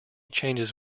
changes